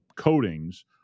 coatings